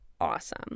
Awesome